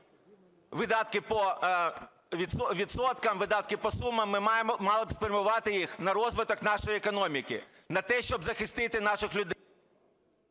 видатки по відсоткам, видатки по сумам, ми мали б спрямувати їх на розвиток нашої економіки, на те, щоб захистити наших людей...